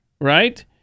right